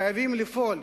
חייבים לפעול